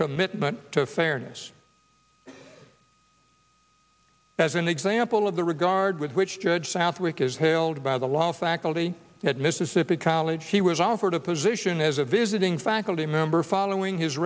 commitment to fairness as an example of the regard with which judge southwick is held by the law faculty at mississippi college he was offered a position as a visiting faculty member following his